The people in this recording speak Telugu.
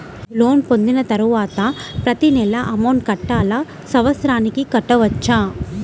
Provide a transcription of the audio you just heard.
లోన్ పొందిన తరువాత ప్రతి నెల అమౌంట్ కట్టాలా? సంవత్సరానికి కట్టుకోవచ్చా?